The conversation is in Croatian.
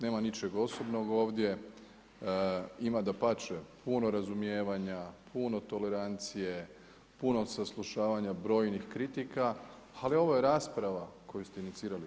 Nema ničeg osobnog ovdje, ima dapače puno razumijevanja, puno tolerancije, puno saslušavanja brojnih kritika ali ovo je rasprava koju ste inicirali vi.